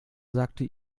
sagte